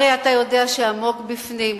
הרי אתה יודע שעמוק בפנים,